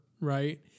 right